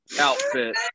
outfit